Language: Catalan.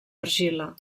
argila